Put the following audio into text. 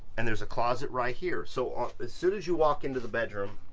and there's a closet right here, so um as soon as you walk into the bedroom